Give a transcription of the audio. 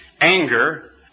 anger